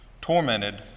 tormented